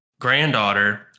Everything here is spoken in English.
granddaughter